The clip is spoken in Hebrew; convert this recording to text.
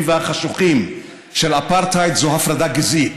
והחשוכים של האפרטהייד זו הפרדה גזעית.